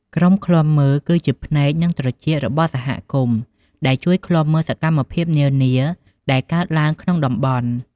ក្រុមឃ្លាំមើលគឺជា ភ្នែក និងត្រចៀករបស់សហគមន៍ ដែលជួយឃ្លាំមើលសកម្មភាពនានាដែលកើតឡើងក្នុងតំបន់។